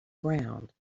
ground